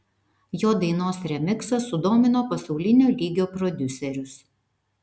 jo dainos remiksas sudomino pasaulinio lygio prodiuserius